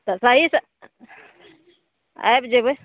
तऽ सहीसँ आबि जेबै